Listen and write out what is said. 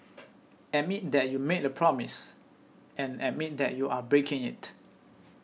admit that you made a promise and admit that you are breaking it